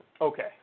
Okay